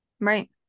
right